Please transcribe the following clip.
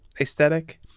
aesthetic